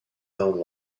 own